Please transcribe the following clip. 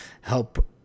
help